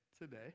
today